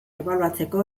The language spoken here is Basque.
ebaluatzeko